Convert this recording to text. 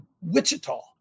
Wichita